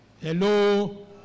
Hello